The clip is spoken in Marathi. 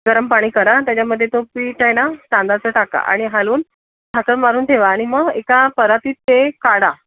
गरम पाणी करा त्याच्यामध्ये तो पीठ आहे ना तांदळाचं टाका आणि हलवून झाकण मारून ठेवा आणि मग एका परातीत ते काढा